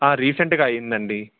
రీసెంట్గా అయిందండి